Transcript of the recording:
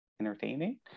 entertaining